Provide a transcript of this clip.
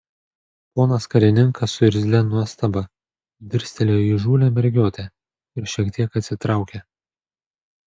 ponas karininkas su irzlia nuostaba dirstelėjo į įžūlią mergiotę ir šiek tiek atsitraukė